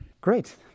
Great